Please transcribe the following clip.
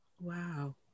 Wow